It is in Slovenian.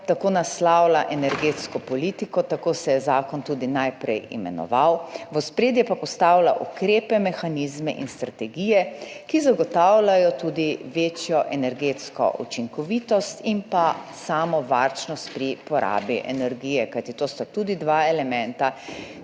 tako naslavlja energetsko politiko. Tako se je zakon tudi najprej imenoval, v ospredje pa postavlja ukrepe, mehanizme in strategije, ki zagotavljajo tudi večjo energetsko učinkovitost in samo varčnost pri porabi energije. Kajti to sta tudi dva elementa,